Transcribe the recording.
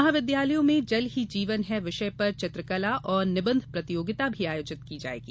महाविद्यालयों में जल ही जीवन है विषय पर चित्रकला और निबंध प्रतियोगिता भी आयोजित की जायेगी